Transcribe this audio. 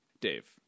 Dave